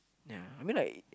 ya I mean like